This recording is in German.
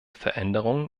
veränderungen